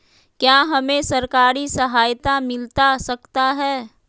क्या हमे सरकारी सहायता मिलता सकता है?